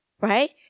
right